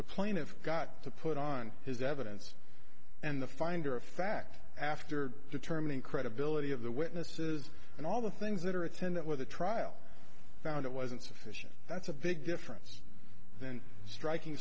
the plaintiff got to put on his evidence and the finder of fact after determining credibility of the witnesses and all the things that are attendant with a trial found it wasn't sufficient that's a big difference then striking